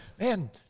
man